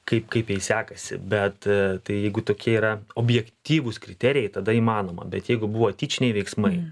kaip kaip jai sekasi bet tai jeigu tokie yra objektyvūs kriterijai tada įmanoma bet jeigu buvo tyčiniai veiksmai